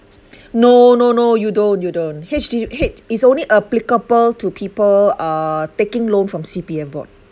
no no no you don't you don't H_D H is only applicable to people uh taking loan from C_P_F board